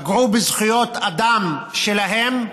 פגעו בזכויות האדם שלהם.